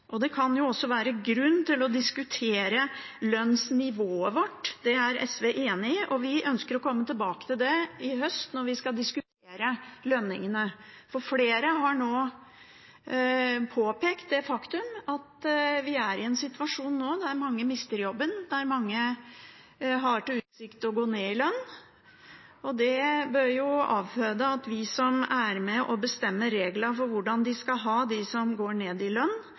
Det kan jo også være grunn til å diskutere lønnsnivået vårt, det er SV enig i, og vi ønsker å komme tilbake til det i høst, når vi skal diskutere lønningene. Flere har nå påpekt det faktum at vi nå er i en situasjon der mange mister jobben, og der mange har i utsikt å gå ned i lønn. Det bør jo avføde at vi som er med og bestemmer reglene for hvordan de som går ned i lønn,